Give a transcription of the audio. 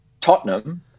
Tottenham